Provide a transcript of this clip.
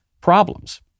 problems